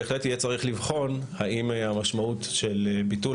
בהחלט יהיה צריך לבחון האם המשמעות של ביטול